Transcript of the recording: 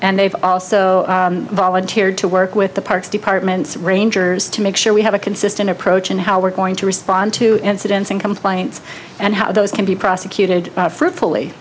and they've also volunteered to work with the parks department rangers to make sure we have a consistent approach and how we're going to respond to incidents and complaints and how those can be prosecuted fruitfully